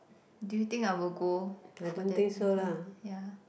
do you think I will go for that again yeah